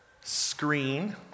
screen